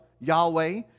Yahweh